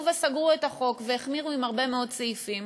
וסגרו את החוק והחמירו בהרבה מאוד סעיפים,